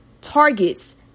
targets